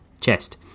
Chest